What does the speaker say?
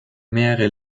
mehrere